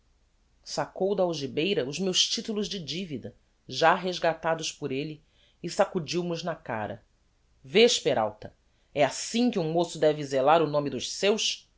saccou da algibeira os meus titulos de divida já resgatados por elle e sacudiu mos na cara vês peralta é assim que um moço deve zelar o nome dos seus